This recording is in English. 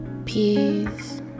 Peace